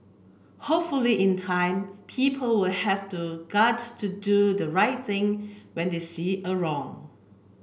hopefully in time people will have the guts to do the right thing when they see a wrong